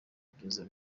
bitigeze